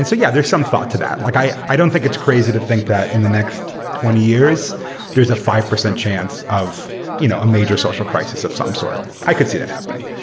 yeah, there's some thought to that. like i i don't think it's crazy to think that in the next twenty years there is a five percent chance of you know a major social crisis of some sort. i could see that happening.